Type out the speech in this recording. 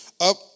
up